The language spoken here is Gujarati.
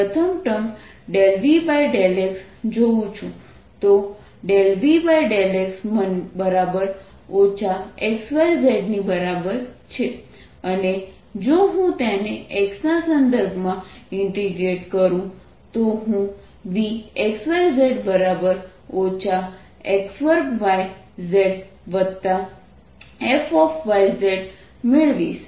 હું પ્રથમ ટર્મ ∂V∂x જોઉં છું તો ∂V∂x 2xyz ની બરાબર છે અને જો હું તેને x ના સંદર્ભમાં ઇન્ટિગ્રેટ કરું તો હું Vxyz x2yzf મેળવીશ